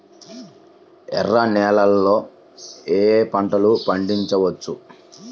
ఎర్ర నేలలలో ఏయే పంటలు పండించవచ్చు?